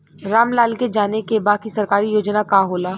राम लाल के जाने के बा की सरकारी योजना का होला?